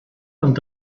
und